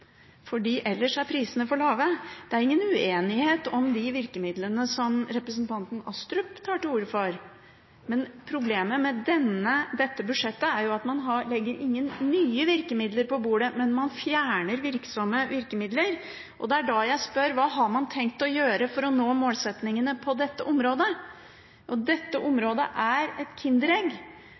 fordi prisene ellers vil være for lave. Det er ingen uenighet om de virkemidlene som representanten Astrup tar til orde for, men problemet med dette budsjettet er jo at man ikke legger noen nye virkemidler på bordet, men fjerner virksomme virkemidler. Da spør jeg: Hva har man tenkt å gjøre for å nå målsettingene på dette området? Dette området er et